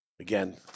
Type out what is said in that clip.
again